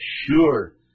sure